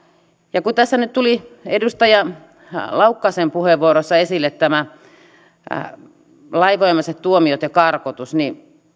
ja kun tässä nyt tulivat edustaja laukkasen puheenvuorossa esille lainvoimaiset tuomiot ja karkotus niin